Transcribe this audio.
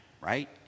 right